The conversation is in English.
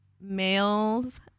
males